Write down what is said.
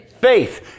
faith